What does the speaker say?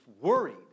worried